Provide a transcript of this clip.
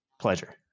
Pleasure